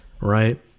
right